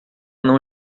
não